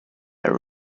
are